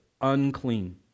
Unclean